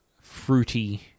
fruity